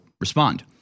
respond